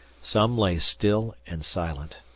some lay still and silent,